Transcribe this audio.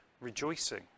rejoicing